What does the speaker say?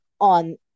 on